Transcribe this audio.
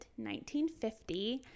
1950